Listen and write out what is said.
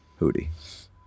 Hootie